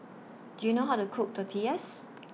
Do YOU know How to Cook Tortillas